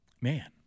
man